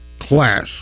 class